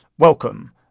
Welcome